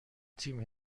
تیم